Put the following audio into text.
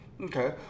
Okay